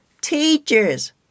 teachers